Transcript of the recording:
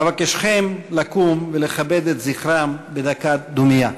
אבקשכם לקום ולכבד את זכרם בדקת דומייה.